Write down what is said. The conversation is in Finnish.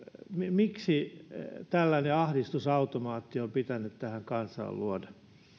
miksi tällainen ahdistusautomaatti on pitänyt tälle kansalle luoda